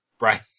Right